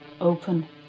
open